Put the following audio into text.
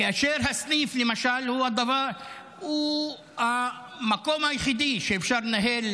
כאשר הסניף הוא המקום היחיד שאפשר לנהל